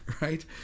Right